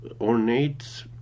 ornate